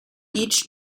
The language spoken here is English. each